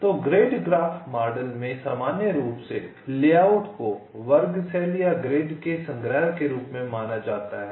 तो grid graph model में सामान्य रूप से लेआउट को वर्ग सेल या ग्रिड के संग्रह के रूप में माना जाता है